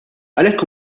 għalhekk